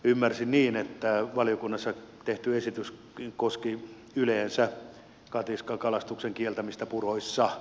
ymmärsin niin että valiokunnassa tehty esitys koski yleensä katiskakalastuksen kieltämistä puroissa